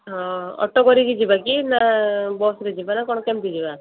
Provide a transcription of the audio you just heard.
ହଁ ଅଟୋ କରିକି ଯିବେ କି ନା ବସ୍ରେ ଯିବା ନା କ'ଣ କେମିତି ଯିବା